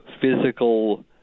physical